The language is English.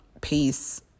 peace